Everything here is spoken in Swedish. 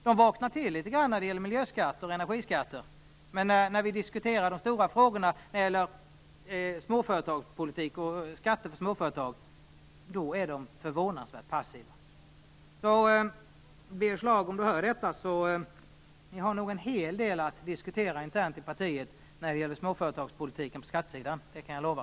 Miljöpartisterna vaknar litet grand när det gäller miljö och energiskatter, men när vi diskuterar stora frågor, exempelvis om småföretagspolitik och skatter för småföretag, är de förvånansvärt passiva. Till Birger Schlaug, om han nu hör debatten, vill jag säga: Ni har en hel del att diskutera internt i partiet när det gäller småföretagspolitiken och skattesidan där; det kan jag lova.